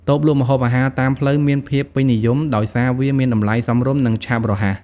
តូបលក់ម្ហូបអាហារតាមផ្លូវមានភាពពេញនិយមដោយសារវាមានតម្លៃសមរម្យ និងឆាប់រហ័ស។